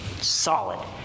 solid